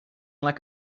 like